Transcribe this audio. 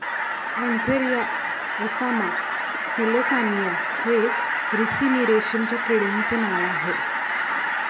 Antheraea assama Philosamia हे ricini रेशीमच्या किड्यांचे नाव आह